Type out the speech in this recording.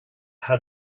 how